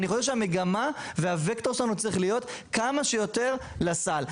אני חושב שהמגמה והווקטור שלנו צריכים להיות כמה שיותר לסל,